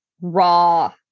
raw